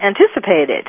anticipated